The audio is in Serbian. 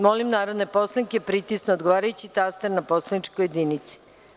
Molim narodne poslanike da pritisnu odgovarajući taster na poslaničkoj jedinici.